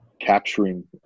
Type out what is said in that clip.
capturing